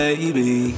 Baby